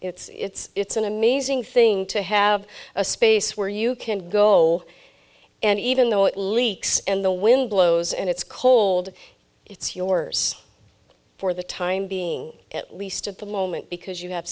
it's an amazing thing to have a space where you can go and even though it leaks and the wind blows and it's cold it's yours for the time being at least at the moment because you have